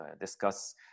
discuss